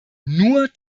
nur